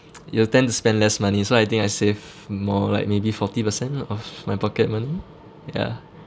you'll tend to spend less money so I think I save more like maybe forty percent of my pocket money ya